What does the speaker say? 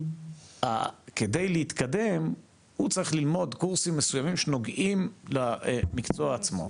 כדי להתקדם הוא צריך ללמוד קורסים מסוימים שנוגעים למקצוע עצמו.